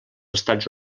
estats